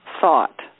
thought